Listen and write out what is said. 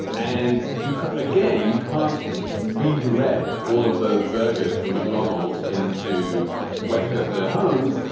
and you again, you can't redirect all of those burgers from mcdonald's into westchester homes.